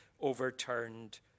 overturned